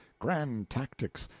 grand tactics,